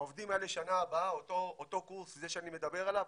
העובדים האלה, אותו קורס שאני מדבר עליו,